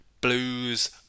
blues